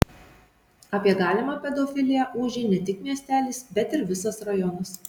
apie galimą pedofiliją ūžė ne tik miestelis bet ir visas rajonas